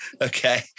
Okay